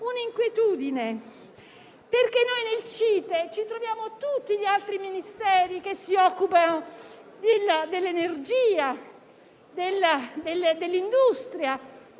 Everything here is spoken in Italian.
un'inquietudine, perché nel CITE troviamo tutti gli altri Ministeri che si occupano dell'energia, dell'industria,